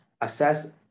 assess